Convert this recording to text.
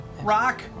Rock